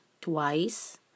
twice